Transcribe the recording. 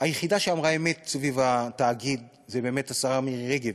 היחידה שאמרה אמת סביב התאגיד זו באמת השרה מירי רגב,